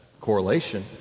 correlation